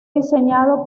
diseñado